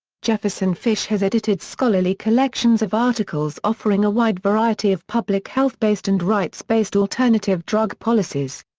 jefferson fish has edited scholarly collections of articles offering a wide variety of public health based and rights based alternative drug policies.